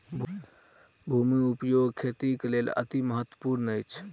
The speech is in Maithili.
भूमि उपयोग खेतीक लेल अतिमहत्त्वपूर्ण अछि